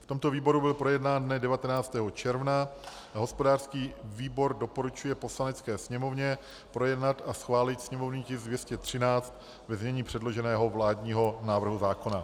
V tomto výboru byl projednán dne 19. června a hospodářský výbor doporučuje Poslanecké sněmovně projednat a schválit sněmovní tisk 213 ve znění předloženého vládního návrhu zákona.